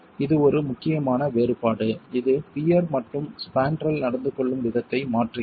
இது ஒரு முக்கியமான வேறுபாடு இது பியர் மற்றும் ஸ்பான்ட்ரல் நடந்து கொள்ளும் விதத்தை மாற்றுகிறது